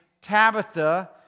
Tabitha